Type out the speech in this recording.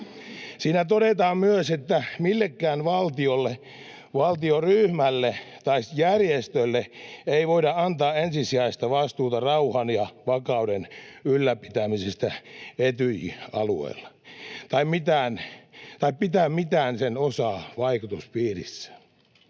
Siinä todetaan myös, että millekään valtiolle, valtioryhmälle tai järjestölle ei voida antaa ensisijaista vastuuta rauhan ja vakauden ylläpitämisestä Etyjin alueella tai antaa pitää mitään sen osaa vaikutuspiirissään.